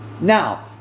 Now